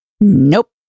Nope